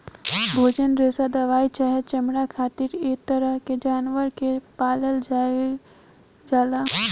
भोजन, रेशा दवाई चाहे चमड़ा खातिर ऐ तरह के जानवर के पालल जाइल जाला